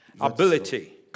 Ability